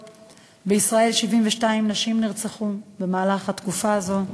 בישראל נרצחו 72 נשים במהלך התקופה הזאת.